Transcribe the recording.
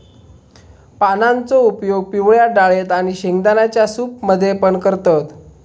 पानांचो उपयोग पिवळ्या डाळेत आणि शेंगदाण्यांच्या सूप मध्ये पण करतत